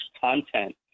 content